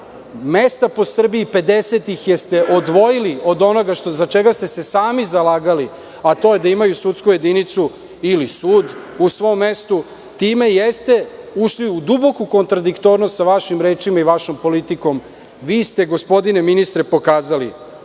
Mesta u Srbiji ste odvojili od onoga za šta ste se sami zalagali, a to je da imaju sudsku jedinicu ili sud u svom mestu. Time ste ušli u duboku kontradiktornost sa vašim rečima i vašom politikom. Vi ste gospodine ministre pokazali